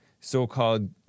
so-called